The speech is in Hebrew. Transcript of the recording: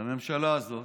בממשלה הזאת